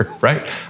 right